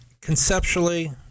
conceptually